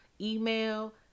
email